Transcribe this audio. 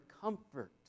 comfort